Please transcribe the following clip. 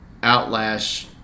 outlash